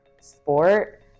sport